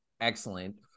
excellent